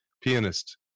pianist